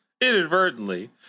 Inadvertently